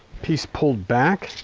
piece pulled back